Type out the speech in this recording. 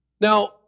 Now